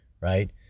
right